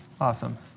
Awesome